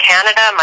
Canada